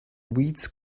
weeds